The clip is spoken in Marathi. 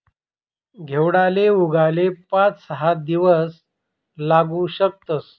घेवडाले उगाले पाच सहा दिवस लागू शकतस